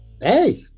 hey